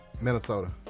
Minnesota